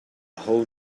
whole